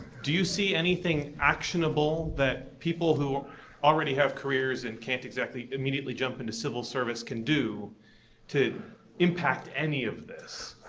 do you see anything actionable that people who already have careers and can't exactly immediately jump into civil service can do to impact any of this?